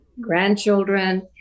grandchildren